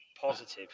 positive